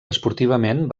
esportivament